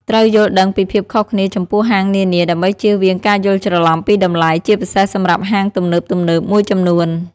ត្រូវយល់ដឹងពីភាពខុសគ្នាចំពោះហាងនានា ដើម្បីជៀសវាងការយល់ច្រឡំពីតម្លៃ ជាពិសេសសម្រាប់ហាងទំនើបៗមួយចំនួន។